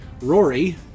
Rory